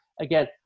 again